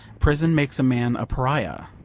prison makes a man a pariah.